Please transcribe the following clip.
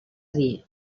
dir